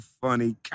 funny